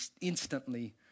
instantly